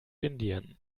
indien